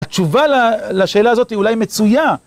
התשובה לשאלה הזאת היא אולי מצויה....